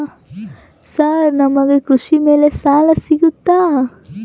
Sir ನಮಗೆ ಕೃಷಿ ಮೇಲೆ ಸಾಲ ಸಿಗುತ್ತಾ?